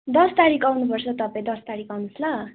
दस तारिक आउनुपर्छ तपाईँ दस तारिक आउनुहोस् ल